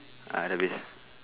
uh dah habis